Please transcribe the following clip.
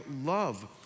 love